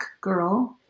Girl